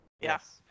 Yes